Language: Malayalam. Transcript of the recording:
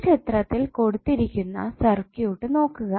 ഈ ചിത്രത്തിൽ കൊടുത്തിരിക്കുന്ന സർക്യൂട്ട് നോക്കുക